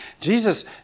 Jesus